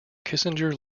kissinger